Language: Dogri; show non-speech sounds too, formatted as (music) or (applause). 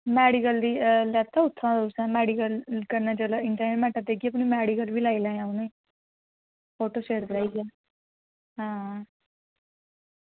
मेडिकल दी लैता उत्थुआं तुसें मेडिकल कन्नै जेल्लै (unintelligible) इंटरनल देगे ते मेडिकल बी लाई लेआं (unintelligible) फोटोस्टेट कराइयै हां